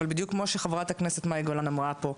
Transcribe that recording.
אבל בדיוק כמו שחברת הכנסת מאי גולן אמרה פה.